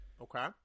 okay